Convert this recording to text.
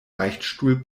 beichtstuhl